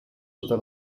sota